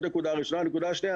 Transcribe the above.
נקודה שנייה.